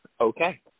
Okay